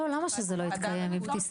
לא, למה שזה לא יתקיים אבתיסאם?